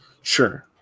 Sure